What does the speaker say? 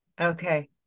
okay